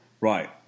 Right